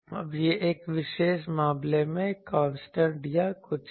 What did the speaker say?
अब यह एक विशेष मामले में कांस्टेंट या कुछ है